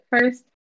first